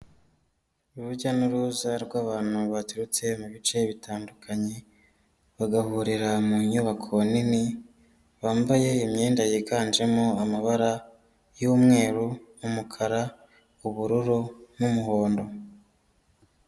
Urujya n'uruza rw'abantu baturutse mu bice bitandukanye bagahurira mu nyubako nini bambaye imyenda yiganjemo amabara y'umweru, n'umukara ubururu, n'umuhondo.